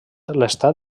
l’estat